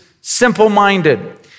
simple-minded